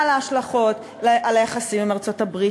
על ההשלכות על היחסים עם ארצות-הברית,